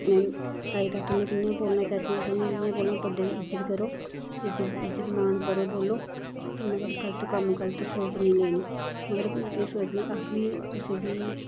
अपने ताई तातो कन्नै कियां बोलना चाची चाचे कियां कियां बोलना बड्डे दी इज्जत करो इज्जत इज्जत मान करो बोलो ते मगर गलत कम्म गलत सोच नेईं लेनी मगर एह् सोच ने आखनी कुसै बी